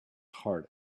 heart